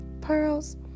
pearls